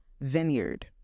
Vineyard